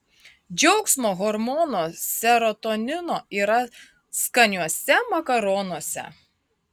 džiaugsmo hormono serotonino yra skaniuose makaronuose